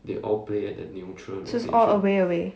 so it's all away away